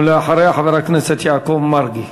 ואחריה, חבר הכנסת יעקב מרגי.